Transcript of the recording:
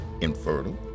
infertile